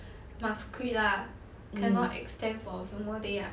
must quit lah cannot extend for a few more days